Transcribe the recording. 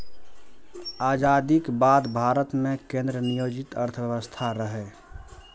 आजादीक बाद भारत मे केंद्र नियोजित अर्थव्यवस्था रहै